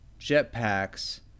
jetpacks